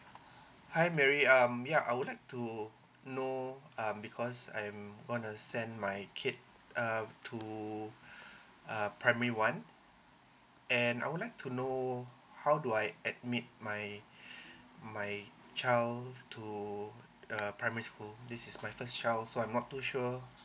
hi mary um ya I would like to know um because I'm gonna send my kid uh to uh primary one and I would like to know how do I admit my my child to to err primary school this is my first child so I'm not too sure